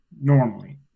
normally